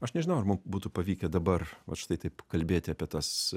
aš nežinau ar mum būtų pavykę dabar vat štai taip kalbėti apie tas